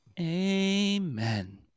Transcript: amen